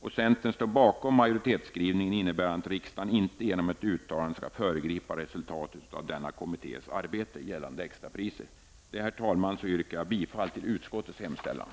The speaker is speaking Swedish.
Centern står bakom majoritetsskrivningen innebärande att riksdagen inte genom ett uttalande skall föregripa resultatet av denna kommittés arbete gällande extrapriser. Herr talman! Jag yrkar bifall till utskottets hemställan.